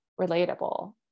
relatable